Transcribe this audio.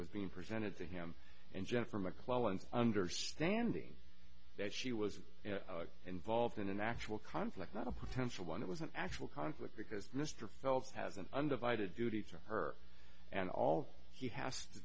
was being presented to him and jennifer mcclelland understanding that she was involved in an actual conflict not a potential one it was an actual conflict because mr phelps has an undivided duty to her and all he has to